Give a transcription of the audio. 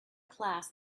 class